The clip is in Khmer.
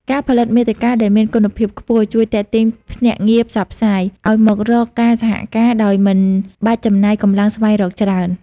ការផលិតមាតិកាដែលមានគុណភាពខ្ពស់ជួយទាក់ទាញភ្នាក់ងារផ្សព្វផ្សាយ ឱ្យមករកការសហការដោយមិនបាច់ចំណាយកម្លាំងស្វែងរកច្រើន។